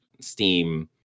steam